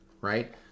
right